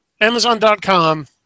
Amazon.com